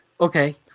Okay